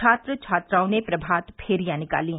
छात्र छात्राओं ने प्रभातफेरियां निकालीं